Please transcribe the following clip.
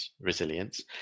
resilience